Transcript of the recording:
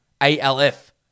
A-L-F